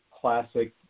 classic